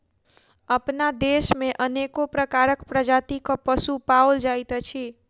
अपना देश मे अनेको प्रकारक प्रजातिक पशु पाओल जाइत अछि